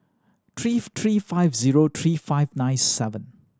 three three five zero three five nine seven